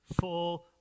full